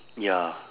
ya